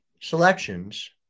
selections